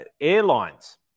Airlines